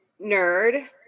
Nerd